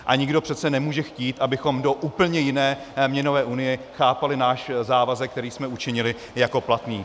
A nikdo přece nemůže chtít, abychom do úplně jiné měnové unie chápali náš závazek, který jsme učinili, jako platný.